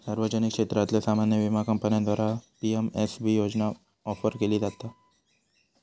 सार्वजनिक क्षेत्रातल्यो सामान्य विमा कंपन्यांद्वारा पी.एम.एस.बी योजना ऑफर केली जाता